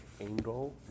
angle